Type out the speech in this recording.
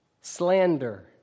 slander